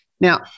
Now